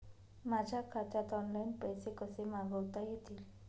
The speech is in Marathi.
माझ्या खात्यात ऑनलाइन पैसे कसे मागवता येतील?